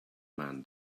man